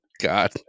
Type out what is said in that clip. God